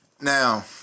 now